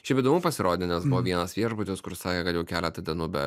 šiaip įdomu pasirodė nes buvo vienas viešbutis kur sakė kad jau keletą dienų be